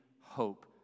hope